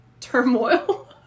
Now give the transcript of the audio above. turmoil